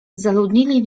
zaludnili